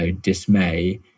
dismay